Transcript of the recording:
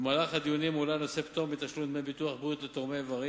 במהלך הדיונים הועלה נושא פטור מתשלום דמי ביטוח בריאות לתורמי איברים,